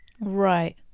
Right